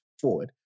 forward